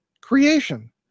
creation